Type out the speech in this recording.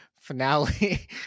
finale